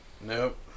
Nope